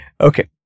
Okay